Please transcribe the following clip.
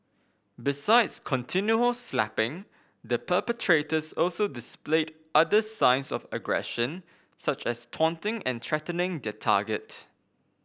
besides continual slapping the perpetrators also displayed other signs of aggression such as taunting and threatening their target